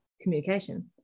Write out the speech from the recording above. communication